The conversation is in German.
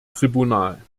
tribunal